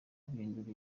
guhindura